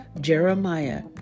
Jeremiah